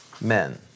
men